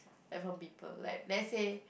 learn from people like let's say